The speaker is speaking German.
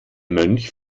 mönch